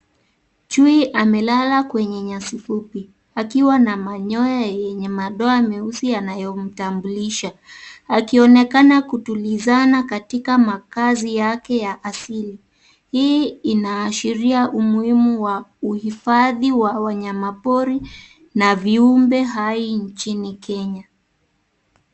Chui amelala kwenye nyasi fupi, akiwa na manyoya yenye madoa meusi yanayomtambulisha. Akionekana kutulizana katika makazi yake ya asili. Hii inaashiria umuhimu wa uhifadhi wa wanyama pori na viumbe hai nchini Kenya.